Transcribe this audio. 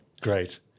great